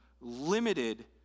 limited